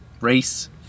race